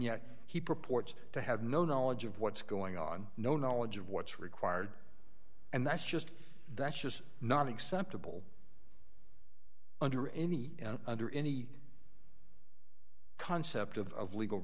yet he purports to have no knowledge of what's going on no knowledge of what's required and that's just that's just not acceptable under any under any concept of legal